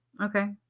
Okay